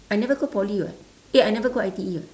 I never go poly [what] eh I never go I_T_E [what]